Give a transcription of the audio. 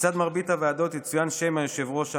לצד מרבית הוועדות יצוין שם היושב-ראש המיועד.